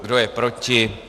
Kdo je proti?